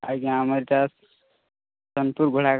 ଆଜ୍ଞା ଆମର ସୋନପୁର ବୁଢ଼ାଘାଟ